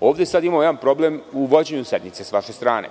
ovde sad imamo jedan problem u vođenju sednice sa vaše strane.